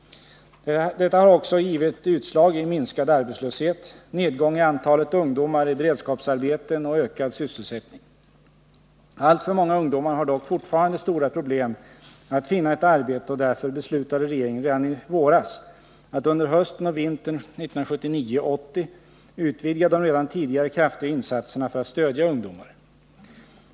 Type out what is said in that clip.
Detta har också givit utslag i minskad arbetslöshet, nedgång i antalet ungdomar i beredskapsarbeten och ökad sysselsättning. Alltför många ungdomar har dock fortfarande stora problem att finna ett arbete, och därför beslutade regeringen redan i våras att under hösten och vintern 1979-1980 utvidga de redan tidigare kraftiga insatserna för att stödja ungdomar.